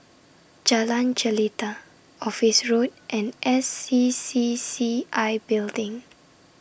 Jalan Jelita Office Road and S C C C I Building